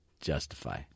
justify